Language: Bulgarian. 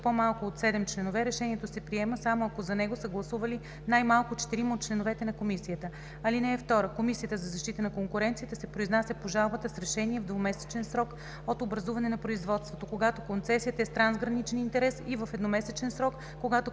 по-малко от седем членове, решението се приема само ако за него са гласували най-малко четирима от членовете на комисията. (2) Комисията за защита на конкуренцията се произнася по жалбата с решение в двумесечен срок от образуване на производството, когато концесията е с трансграничен интерес, и в едномесечен срок – когато